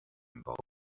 involve